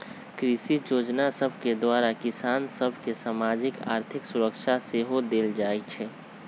कृषि जोजना सभके द्वारा किसान सभ के सामाजिक, आर्थिक सुरक्षा सेहो देल जाइ छइ